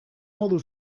modu